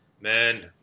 man